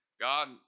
God